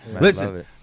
Listen